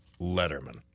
Letterman